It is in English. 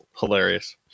hilarious